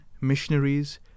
missionaries